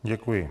Děkuji.